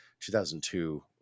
2002